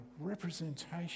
representation